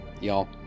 y'all